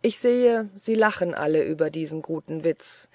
ich sehe sie lachen alle über diesen guten witz